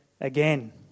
again